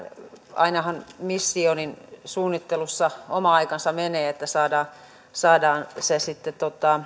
ainahan mission suunnittelussa oma aikansa menee että saadaan saadaan se sitten